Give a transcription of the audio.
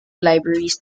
libraries